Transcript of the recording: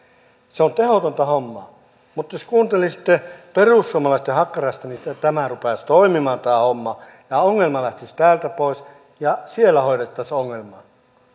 se on tehotonta hommaa mutta jos kuuntelisitte perussuomalaisten hakkaraista niin sitten rupeaisi toimimaan tämä homma ongelma lähtisi täältä pois ja siellä hoidettaisiin ongelmaa